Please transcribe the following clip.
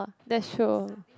that's show